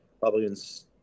Republicans